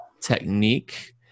technique